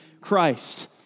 Christ